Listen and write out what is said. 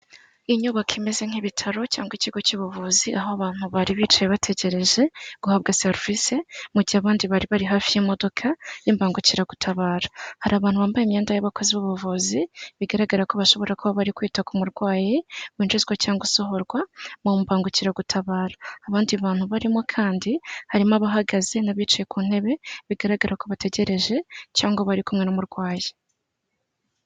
Inyubako imeze nk'ibitaro cyangwa ikigo cy'ubuvuzi aho abantu bari bicaye bategereje guhabwa serivisi, mu gihe abandi bari bari hafi y'imodoka y'imbangukiragutabara. Hari abantu bambaye imyenda y'abakozi b'ubuvuzi, bigaragara ko bashobora kuba bari kwita ku murwayi, winjizwa cyangwa usohorwa mu mbangukiragutabara. Abandi bantu barimo kandi harimo abahagaze n'abicaye ku ntebe bigaragara ko bategereje cyangwa bari kumwe n'umurwayi.